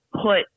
put